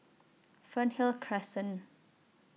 Fernhill Crescent